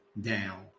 down